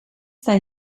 they